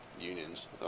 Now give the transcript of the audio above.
unions